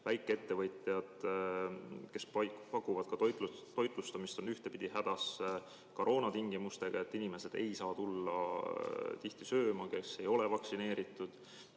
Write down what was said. väikeettevõtjad, kes pakuvad ka toitlustamist, on ühtpidi hädas koroonatingimustega, tihti ei saa tulla sööma inimesed, kes ei ole vaktsineeritud.